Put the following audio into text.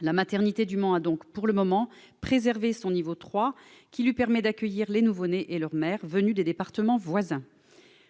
La maternité du Mans a donc, pour le moment, préservé son niveau 3, qui lui permet d'accueillir les nouveau-nés et leur mère venus des départements voisins.